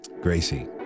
Gracie